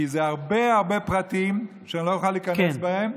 כי זה הרבה הרבה פרטים שאני לא אוכל להיכנס אליהם.